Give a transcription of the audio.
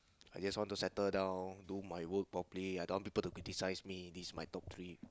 I just want to settle down do my work properly I don't want people to criticise me this my top three